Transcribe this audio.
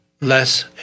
less